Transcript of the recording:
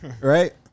right